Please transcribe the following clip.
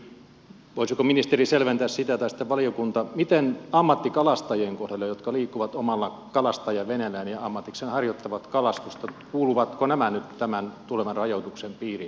kysyn voisiko ministeri tai sitten valiokunta selventää sitä miten on ammattikalastajien kohdalla jotka liikkuvat omalla kalastajaveneellään ja ammatikseen harjoittavat kalastusta kuuluvatko nämä nyt tämän tulevan rajoituksen piiriin